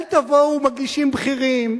אל תבואו, מגישים בכירים,